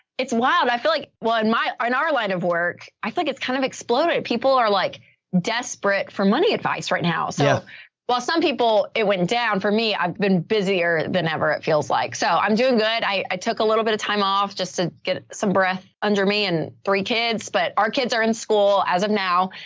it's wild. i feel like, well, in my, in our line of work, i feel like it's kind of exploded. people are like desperate for money advice right now. so yeah. well, some people, it went down for me. i've been busier than ever. it feels like, so i'm doing good. i, i took a little bit of time off just to get some breath under me and three kids, but our kids are in school as of now,